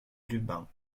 lubin